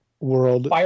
world